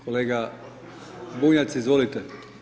Kolega Bunjac, izvolite.